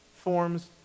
forms